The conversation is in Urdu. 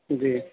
جی